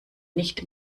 nicht